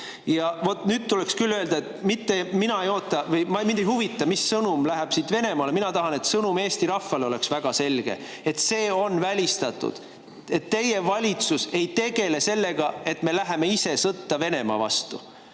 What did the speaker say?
Vot nüüd tuleks küll öelda – mind mitte ei huvita, mis sõnum läheb siit Venemaale, mina tahan, et sõnum Eesti rahvale oleks väga selge –, et see on välistatud; et teie valitsus ei tegele sellega, et me läheme ise sõtta Venemaa vastu